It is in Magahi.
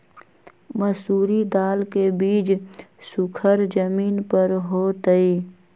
मसूरी दाल के बीज सुखर जमीन पर होतई?